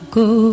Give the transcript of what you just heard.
go